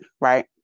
Right